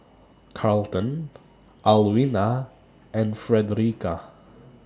Carlton Alwina and Fredericka